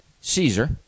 Caesar